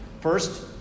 First